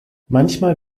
manchmal